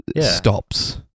stops